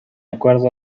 acuerdo